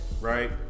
right